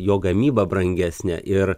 jo gamyba brangesnė ir